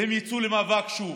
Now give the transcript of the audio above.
והם יצאו למאבק שוב,